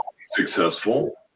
successful